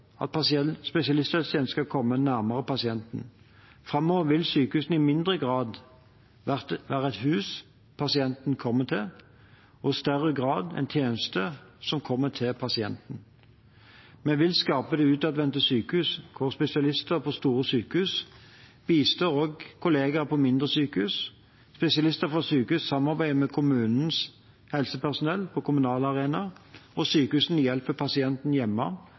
at spesialisthelsetjenesten skal komme nærmere pasienten. Framover vil sykehusene i mindre grad være et hus pasienten kommer til, og i større grad en tjeneste som kommer til pasienten. Vi vil skape det utadvendte sykehus hvor spesialister på store sykehus også bistår kollegaer på mindre sykehus, spesialister fra sykehus samarbeider med kommunens helsepersonell på kommunal arena, og sykehusene hjelper pasienten hjemme